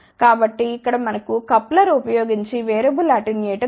కాబట్టి ఇక్కడ మనకు కప్లర్ ఉపయోగించి వేరియబుల్ అటెన్యూయేటర్ ఉంది